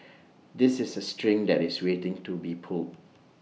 this is A string that is waiting to be pulled